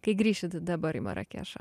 kai grįšit dabar į marakešą